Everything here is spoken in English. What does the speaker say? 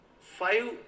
five